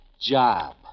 job